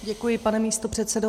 Děkuji, pane místopředsedo.